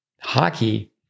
hockey